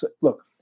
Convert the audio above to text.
look